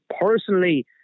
personally